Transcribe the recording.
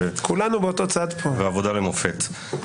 ועבודה למופת.